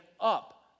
up